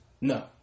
no